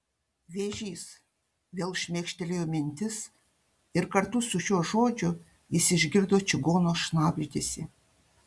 vėžys vėl šmėkštelėjo mintis ir kartu su šiuo žodžiu jis išgirdo čigono šnabždesį